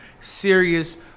serious